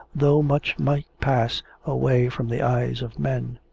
though much might pass away from the eyes of men.